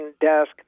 desk